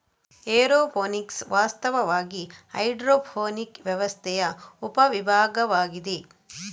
aeroponics ವಾಸ್ತವವಾಗಿ hydroponic ವ್ಯವಸ್ಥೆಯ ಉಪ ವಿಭಾಗವಾಗಿದೆ